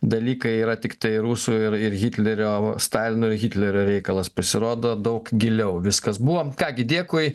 dalykai yra tiktai rusų ir ir hitlerio stalino hitlerio reikalas pasirodo daug giliau viskas buvo ką gi dėkui